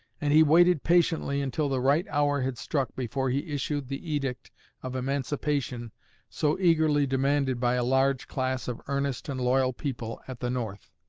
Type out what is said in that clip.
and he waited patiently until the right hour had struck before he issued the edict of emancipation so eagerly demanded by a large class of earnest and loyal people at the north.